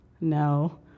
No